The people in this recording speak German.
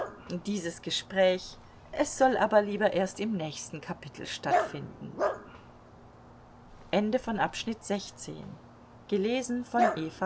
dieses gespräch es soll aber lieber erst im nächsten kapitel stattfinden